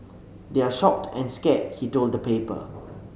they're shocked and scared he told the paper